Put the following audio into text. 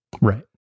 Right